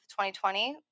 2020